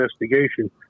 investigation